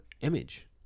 image